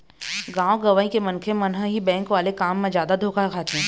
गाँव गंवई के मनखे मन ह ही बेंक वाले काम म जादा धोखा खाथे